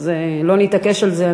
אז לא נתעקש על זה.